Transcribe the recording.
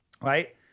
right